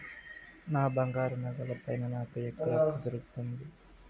నా బంగారు నగల పైన నాకు ఎక్కడ అప్పు దొరుకుతుంది